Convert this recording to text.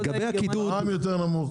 מע"מ יותר נמוך,